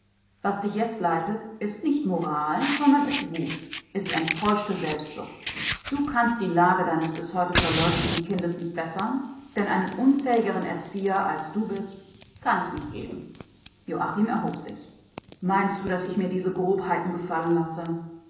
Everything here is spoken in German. was dich jetzt leitet ist nicht moral sondern ist wut ist enttäuschte selbstsucht du kannst die lage deines bis heute verleugneten kindes nicht bessern denn einen unfähigeren erzieher als du bist kann es nicht geben joachim erhob sich meinst du daß ich mir diese grobheiten gefallen lasse